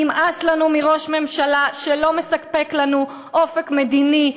נמאס לנו מראש ממשלה שלא מספק לנו אופק מדיני,